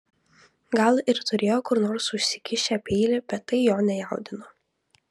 gal ir turėjo kur nors užsikišę peilį bet tai jo nejaudino